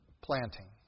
planting